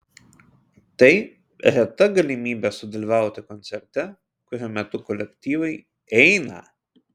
tai reta galimybė sudalyvauti koncerte kurio metu kolektyvai eina